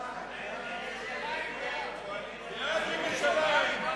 בעד ירושלים.